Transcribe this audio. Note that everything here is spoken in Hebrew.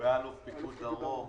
הוא היה אלוף פיקוד דרום,